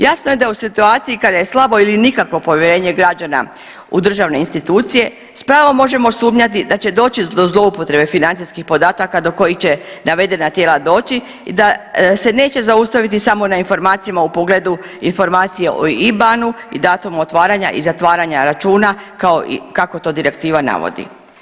Jasno da u situaciji kada je slabo ili nikakvo povjerenje građana u državne institucije s pravom možemo sumnjati da će doći do zloupotrebe financijskih podataka do kojih će navedena tijela doći i da se neće zaustaviti samo na informacijama u pogledu informacije o IBAN-u i datumu otvaranja i zatvaranja računa kako to direktiva navodi.